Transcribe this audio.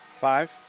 Five